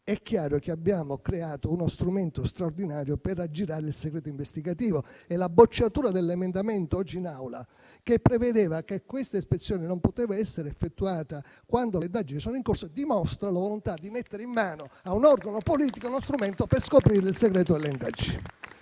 è chiaro che abbiamo creato uno strumento straordinario per aggirare il segreto investigativo. La bocciatura, oggi in Aula, dell'emendamento che prevedeva che questa ispezione non poteva essere effettuata quando le indagini sono in corso dimostra la volontà di mettere in mano a un organo politico uno strumento per scoprire il segreto delle indagini.